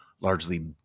largely